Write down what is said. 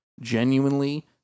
genuinely